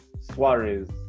Suarez